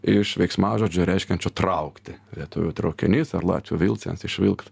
iš veiksmažodžio reiškiančio traukti lietuvių traukinys ar latvių vilciens iš vilkt